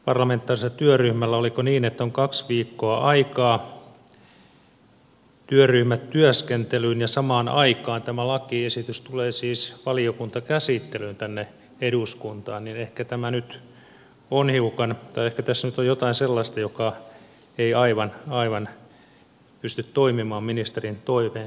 parlamentaarisella työryhmällä oliko niin on kaksi viikkoa aikaa työryhmätyöskentelyyn ja samaan aikaan tämä lakiesitys tulee siis valiokuntakäsittelyyn tänne eduskuntaan niin että ehkä tässä on nyt jotain sellaista joka ei aivan pysty toimimaan ministerin toiveen mukaan